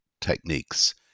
techniques